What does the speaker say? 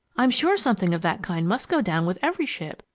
i'm sure something of that kind must go down with every ship,